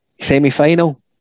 semi-final